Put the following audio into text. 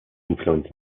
influence